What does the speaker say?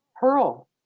pearl